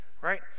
Right